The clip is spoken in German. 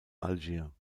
algier